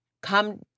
come